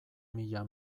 mila